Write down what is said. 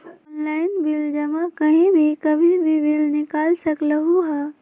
Online bill जमा कहीं भी कभी भी बिल निकाल सकलहु ह?